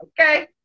Okay